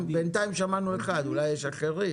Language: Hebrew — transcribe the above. בינתיים שמענו על אחד מהם, אולי יש אחרים,